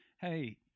hey